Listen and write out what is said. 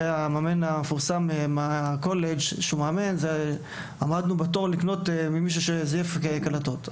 המאמן המפורסם מהקולג' עמדנו בתור כדי לקנות ממישהו שזייף קלטות.